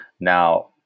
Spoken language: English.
now